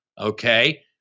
Okay